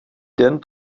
den